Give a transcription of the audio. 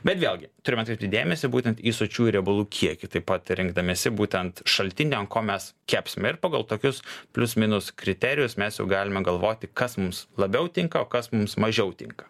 bet vėlgi turime atkreipti dėmesį būtent į sočiųjų riebalų kiekį taip pat rinkdamiesi būtent šaltinį ant ko mes kepsime ir pagal tokius plius minus kriterijus mes jau galime galvoti kas mums labiau tinka o kas mums mažiau tinka